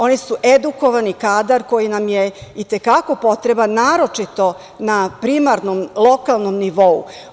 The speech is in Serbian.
Oni su edukovani kadar koji je i te kako potreban, naročito na primarnom i lokalnom nivou.